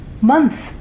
month